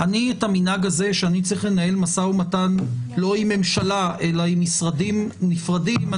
המנהג הזה שאני צריך לנהל משא ומתן לא עם ממשלה אלא עם משרדים נפרדים,